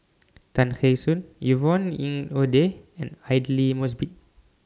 Tay Kheng Soon Yvonne Ng Uhde and Aidli Mosbit